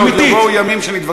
בוא נשים את הדברים על השולחן.